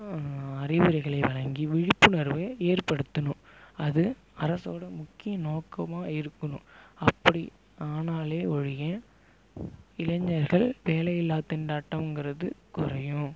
அறிவுரைகளை வழங்கி விழிப்புணர்வு ஏற்படுத்தணும் அது அரசோட முக்கிய நோக்கமாக இருக்கணும் அப்படி ஆனாலே ஒழிய இளைஞர்கள் வேலையில்லா திண்டாட்டங்குறது குறையும்